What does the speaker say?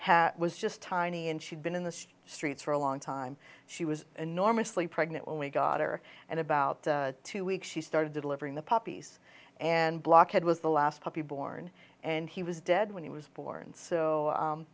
had was just tiny and she'd been in the streets for a long time she was enormously pregnant only god or and about two weeks she started delivering the puppies and blockhead was the last puppy born and he was dead when he was born so